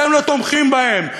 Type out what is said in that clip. אתם לא תומכים בהם,